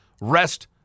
rest